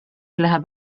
läheb